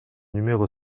numéro